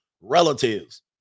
relatives